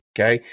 Okay